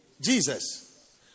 Jesus